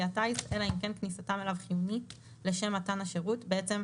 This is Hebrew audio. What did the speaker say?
הטיס אלא אם כן כניסתם אליו חיונית לשם מתן השירות" בעצם,